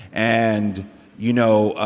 and you know